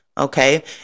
Okay